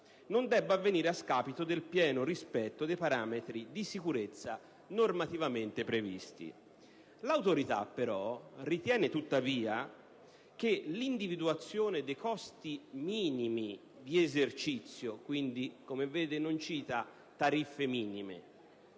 non debba avvenire a scapito del pieno rispetto dei parametri di sicurezza normativamente previsti. L'Autorità ritiene tuttavia che (...) l'individuazione di "costi minimi di esercizio,"» - quindi, non si citano le tariffe minime